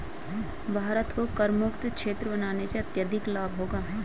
भारत को करमुक्त क्षेत्र बनाने से अत्यधिक लाभ होगा